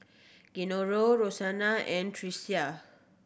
Gennaro Rosanna and Tricia